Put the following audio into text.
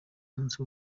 munsi